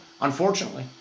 unfortunately